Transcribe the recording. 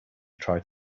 tried